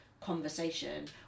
conversation